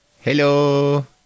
Hello